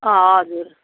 हजुर